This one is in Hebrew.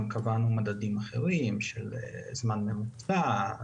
גם קבענו מדדים אחרים של זמן ממוצע,